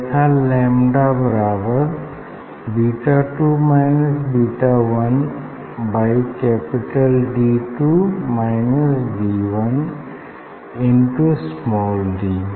वह था लैम्डा बराबर beta two minus beta one by capital D two minus D one into small D